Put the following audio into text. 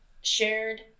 shared